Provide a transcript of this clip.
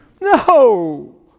No